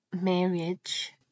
marriage